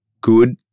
good